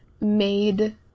made